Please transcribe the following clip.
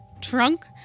trunk